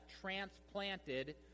transplanted